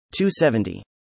270